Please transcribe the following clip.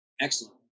Excellent